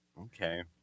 Okay